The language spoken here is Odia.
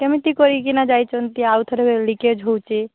କେମିତି କରିକି ନା ଯାଇଛନ୍ତି ଆଉ ଥରେ ଲିକେଜ୍ ହେଉଛି